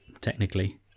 technically